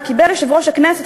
קיבל יושב-ראש הכנסת,